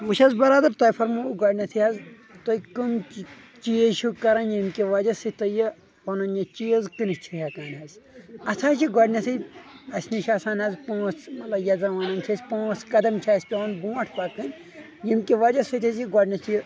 وٕچھ حظ بَرادر تۄہہِ فرمووُ گۄڈ نیٚتٕھے حظ تُہۍ کٕم چیٖز چھُو کَران ییٚمہِ کہِ وجہ سۭتۍ تۄہہِ یہِ پَنُن یہِ چیٖز کٕنِتھ چھُو ہٮ۪کان حظ اَتھ حظ چھِ گۄنیٚتٕھے اَسہِ نِش آسان حظ پانٛژھ مطلب یَتھ زَن وَنن چھِ ٲسۍ پانٛژھ قدم چھِ اَسہِ پٮ۪وان برونٛٹھ پَکٕنۍ ییٚمہِ کہِ وجہ سۭتۍ حظ یہِ گۄڈنیٚتھ یہِ